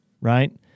right